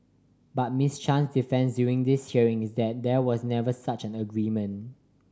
but Miss Chan's defence during this hearing is that there was never such an agreement